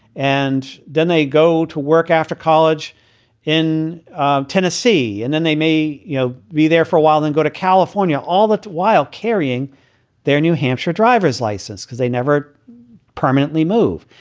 and then they go to work after college in tennessee. and then they may you know be there for a while, then go to california, all the while carrying their new hampshire driver's license because they never permanently move.